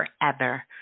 forever